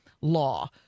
law